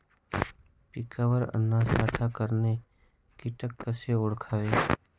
पिकावर अन्नसाठा करणारे किटक कसे ओळखावे?